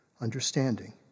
understanding